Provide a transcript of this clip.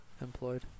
employed